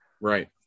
Right